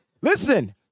listen